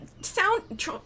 sound-